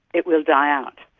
it will die out.